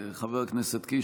חבר הכנסת קיש.